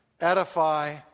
edify